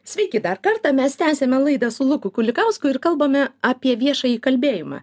sveiki dar kartą mes tęsiame laidą su luku kulikausku ir kalbame apie viešąjį kalbėjimą